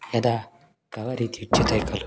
यदा कवर् इति उच्यते खलु